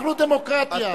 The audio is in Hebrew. אנחנו דמוקרטיה.